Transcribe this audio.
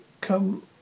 come